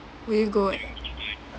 will you go eh